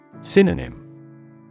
Synonym